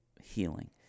healing